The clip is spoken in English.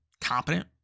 competent